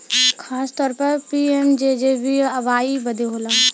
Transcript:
खासतौर पर पी.एम.जे.जे.बी.वाई बदे होला